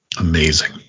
Amazing